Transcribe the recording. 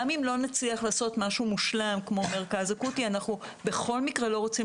גם אם לא נצליח לעשות משהו מושלם כמו מרכז אקוטי אנחנו בכל מקרה לא רוצים